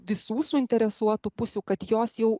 visų suinteresuotų pusių kad jos jau